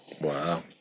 Wow